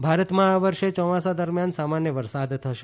monsoon ભારતમાં આ વર્ષે ચોમાસા દરમિયાન સામાન્ય વરસાદ થશે